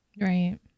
Right